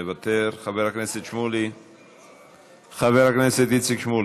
מוותר, חבר הכנסת איציק שמולי,